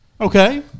Okay